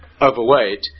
overweight